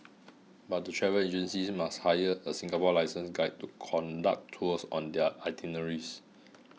but the travel agencies must hire a Singapore licensed guide to conduct tours on their itineraries